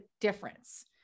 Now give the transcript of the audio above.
difference